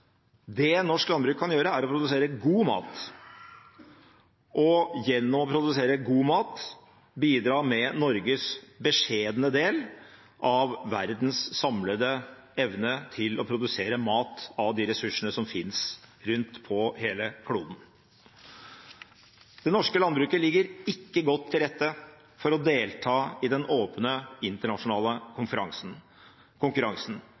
Det norsk landbruk kan gjøre, er å produsere god mat og gjennom å produsere god mat bidra med Norges beskjedne del av verdens samlede evne til å produsere mat av de ressursene som finnes rundt på hele kloden. Det norske landbruket ligger ikke godt til rette for å delta i den åpne internasjonale konkurransen,